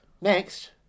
Next